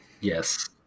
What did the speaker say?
Yes